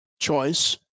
choice